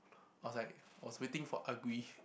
I was like I was waiting for Agri